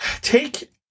take